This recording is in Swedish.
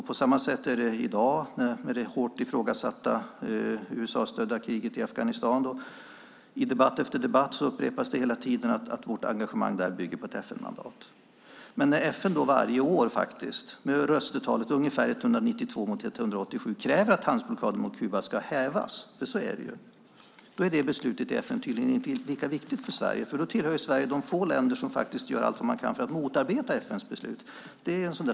På samma sätt är det i dag med det hårt ifrågasatta USA-stödda kriget i Afghanistan. I debatt efter debatt upprepas det att vårt engagemang där bygger på ett FN-mandat. Men när FN varje år med röstetalet ungefär 192 mot 187 kräver att handelsblockaden mot Kuba ska hävas, för så är det ju, är det beslutet i FN tydligen inte lika viktigt för Sverige. Sverige tillhör då de få länder som gör allt man kan för att motarbeta FN:s beslut.